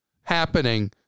happening